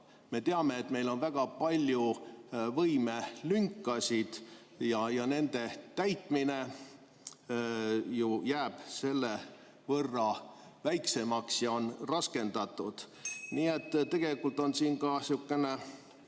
me teame, meil on väga palju võimelünkasid ja nende täitmine ju jääb selle võrra väiksemaks ja on raskendatud. Nii et tegelikult on siin ka sihuke